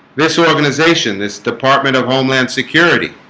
this organization this department of homeland security